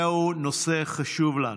זהו נושא חשוב לנו,